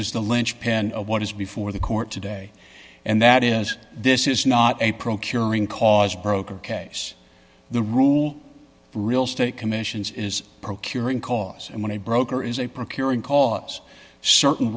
is the linchpin of what is before the court today and that is this is not a procuring cause broker case the rule real estate commissions is procuring cause and when a broker is a procuring cause certain